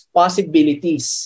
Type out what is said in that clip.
possibilities